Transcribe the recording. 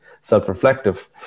self-reflective